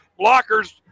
blockers